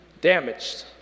damaged